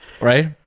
right